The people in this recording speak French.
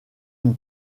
une